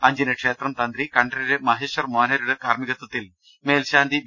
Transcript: അഞ്ചിന് ക്ഷേത്രം തന്ത്രി കണ്ഠര് മഹേശ്വർ മോഹനരുടെ കാർമി കത്വത്തിൽ മേൽശാന്തി വി